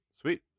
sweet